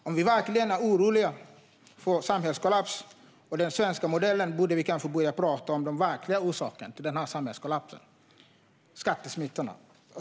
Om vi verkligen är oroliga för samhällskollaps och för den svenska modellen borde vi kanske börja tala om den verkliga orsaken till samhällskollapsen, nämligen skattesmitarna.